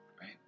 right